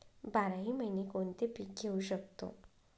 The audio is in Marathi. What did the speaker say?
बाराही महिने कोणते पीक घेवू शकतो?